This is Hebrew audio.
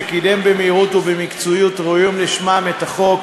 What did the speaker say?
שקידם במהירות ובמקצועיות ראויות לשמן את החוק,